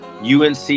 UNC